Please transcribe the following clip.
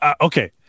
Okay